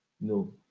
no